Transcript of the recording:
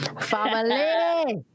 FAMILY